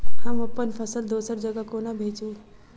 हम अप्पन फसल दोसर जगह कोना भेजू?